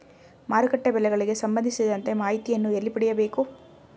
ಮಾರುಕಟ್ಟೆ ಬೆಲೆಗಳಿಗೆ ಸಂಬಂಧಿಸಿದಂತೆ ಮಾಹಿತಿಯನ್ನು ಎಲ್ಲಿ ಪಡೆಯಬೇಕು?